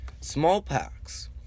Smallpox